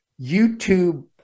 YouTube